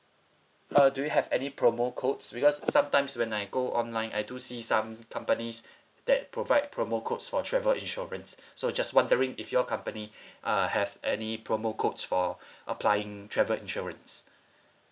uh do you have any promo codes because sometimes when I go online I do see some companies that provide promo codes for travel insurance so just wondering if your company uh have any promo codes for applying travel insurance